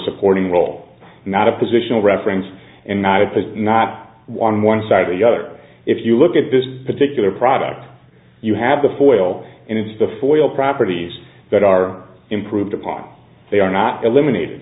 supporting role not a positional reference and not opposed not wanting one side or the other if you look at this particular product you have the foil and it's the foil properties that are improved upon they are not eliminated